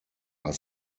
are